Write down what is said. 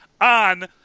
on